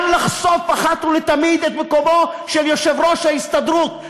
גם לחשוף אחת ולתמיד את מקומו של יושב-ראש ההסתדרות,